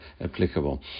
applicable